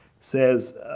says